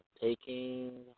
Taking